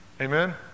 Amen